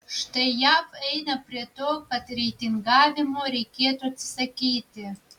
štai jav eina prie to kad reitingavimo reikėtų atsisakyti